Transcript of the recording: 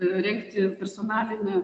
rengti personalinę